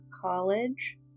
college